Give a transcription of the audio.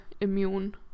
immune